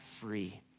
free